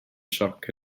sioc